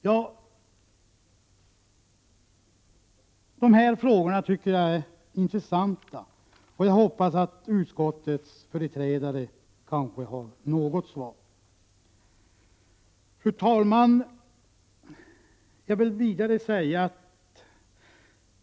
Jag tycker dessa frågor är intressanta, och jag hoppas utskottets företrädare har något svar. Fru talman!